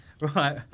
Right